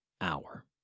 hour